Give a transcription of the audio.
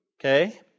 okay